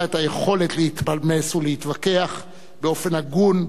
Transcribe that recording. את היכולת להתפלמס ולהתווכח באופן הגון,